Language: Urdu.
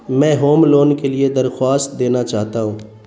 میں ہوم لون کے لیے درخواست دینا چاہتا ہوں